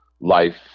life